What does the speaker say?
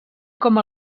com